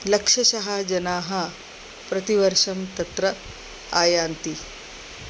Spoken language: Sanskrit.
लक्षशः जनाः प्रतिवर्षं तत्र आयान्ति